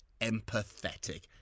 empathetic